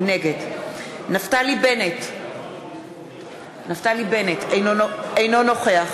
נגד נפתלי בנט, אינו נוכח